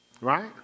Right